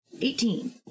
Eighteen